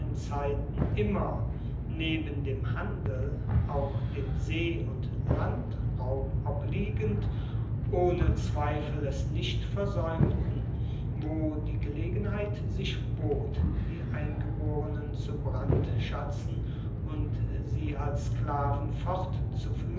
zeiten immer neben dem handel auch dem see und landraub obliegend ohne zweifel es nicht versaeumten wo die gelegenheit sich bot die eingeborenen zu brandschatzen und sie als sklaven